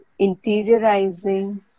interiorizing